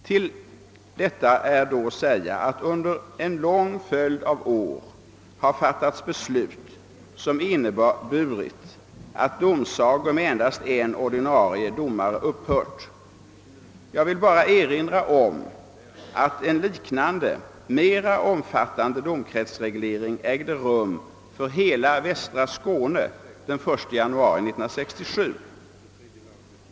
Till detta vill jag säga att under en följd av år har fattats beslut som inneburit att domsagor med endast en ordinarie domare upphört. Jag vill bara erinra om att en liknande mer omfattande domkretsreglering för hela västra Skåne ägde rum den 1 januari 1967.